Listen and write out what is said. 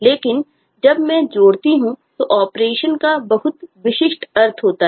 लेकिन जब मैं जोड़ता हूं तो ऑपरेशन का बहुत विशिष्ट अर्थ होता है